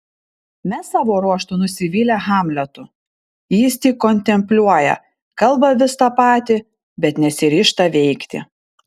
mes savo ruožtu nusivylę hamletu jis tik kontempliuoja kalba vis tą patį bet nesiryžta veikti